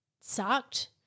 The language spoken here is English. sucked